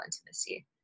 intimacy